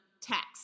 text